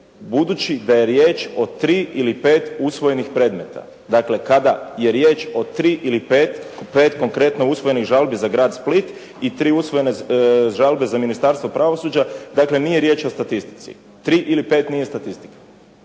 budući da je riječ o tri ili pet usvojenih predmeta. Dakle, kada je riječ o tri ili pet konkretno usvojenih žalbi za grad Split i tri usvojene žalbe za Ministarstvo pravosuđa dakle nije riječ o statistici. Tri ili pet nije statistika.